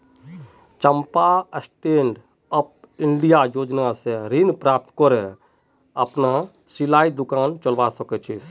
चंपा stand up India योजना स ऋण प्राप्त करे अपनार सिलाईर दुकान चला छ